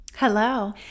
Hello